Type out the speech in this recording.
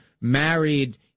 Married